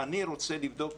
אני רוצה לבדוק,